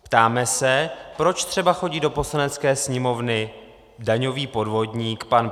Ptáme se, proč třeba chodí do Poslanecké sněmovny daňový podvodník pan Pitr.